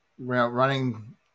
Running